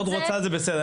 מאוד רוצה זה בסדר.